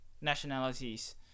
nationalities